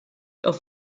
auf